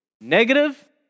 Negative